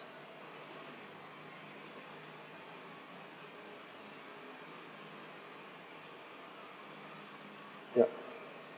yeah